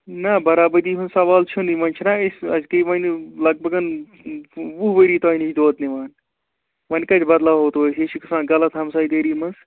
نہَ برابری ہُنٛد سوال چھُنہٕ وۅنۍ چھِناہ أسۍ أسۍ گٔیہِ وۅنۍ لگ بَگَ وُہ ؤری تۄہہِ نِش دۄد نِوان وۅنۍ کَتہِ بَدلاوَو تُہۍ یہِ چھُ گَژھان غلط ہمسایہِ گٔری منٛز